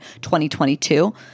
2022